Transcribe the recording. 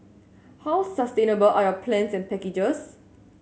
how sustainable are your plans and packages